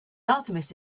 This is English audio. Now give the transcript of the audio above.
alchemist